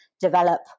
develop